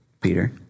Peter